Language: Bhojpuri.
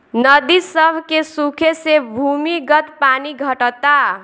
नदी सभ के सुखे से भूमिगत पानी घटता